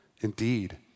indeed